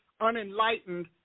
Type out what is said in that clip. unenlightened